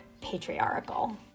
patriarchal